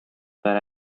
per